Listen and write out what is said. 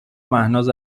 مهناز